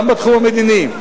גם בתחום המדיני,